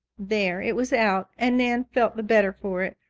there, it was out, and nan felt the better for it.